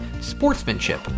sportsmanship